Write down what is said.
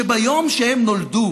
שביום שהם נולדו